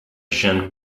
jean